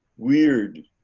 weird.